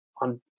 on